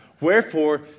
Wherefore